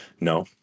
No